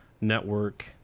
network